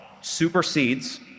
supersedes